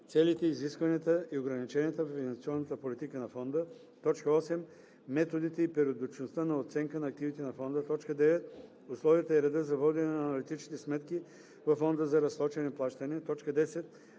целите, изискванията и ограниченията в инвестиционната политика на фонда; 8. методите и периодичността на оценка на активите на фонда; 9. условията и реда за водене на аналитичните сметки във фонда за разсрочени плащания; 10.